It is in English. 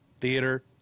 theater